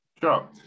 Sure